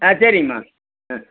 ஆ சரிங்கம்மா ம்